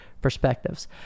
perspectives